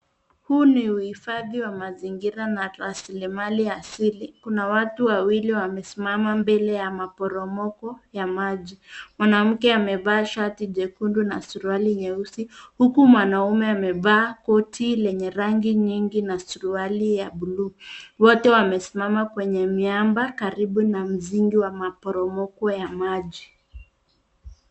Huu ni uhifadhi wa mazingira na rasilimali asili. Kuna watu wawili wamesimama mbele ya maporomoko ya maji. Mwanamke amevaa shati jekundu na suruali nyeusi huku mwanaume amevaa koti lenye rangi nyingi na suruali ya buluu. Wote wamesimama kwenye miamba karibu na mzingi wa maporomoko ya maji.